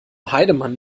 heidemann